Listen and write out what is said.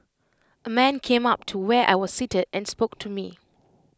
A man came up to where I was seated and spoke to me